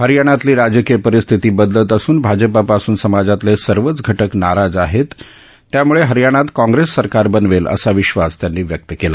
हरियाणातली राजकीय परिस्थिती बदलत असून भाजपापासून समाजातले सर्वच घटक नाराज असून हरियाणात काँग्रेस सरकार बनवेल असा विश्वास त्यांनी व्यक्त केला